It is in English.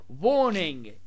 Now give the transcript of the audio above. Warning